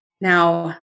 Now